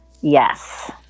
Yes